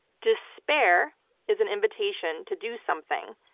despair is an invitation to do something,